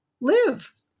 live